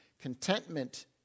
Contentment